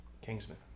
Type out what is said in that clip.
Kingsman